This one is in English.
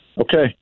Okay